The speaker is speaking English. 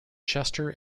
chester